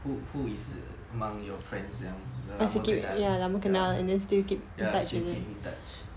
who who is among your friends yang lama kenal ya still keep in touch